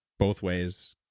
both ways,